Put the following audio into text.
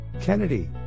kennedy